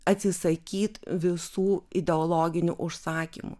atsisakyt visų ideologinių užsakymų